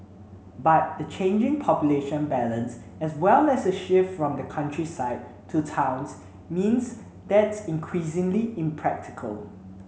but the changing population balance as well as a shift from the countryside to towns means that's increasingly impractical